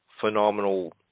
phenomenal